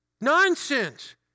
Nonsense